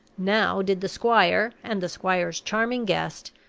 now did the squire, and the squire's charming guest,